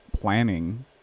planning